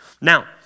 Now